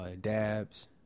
Dabs